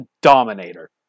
dominator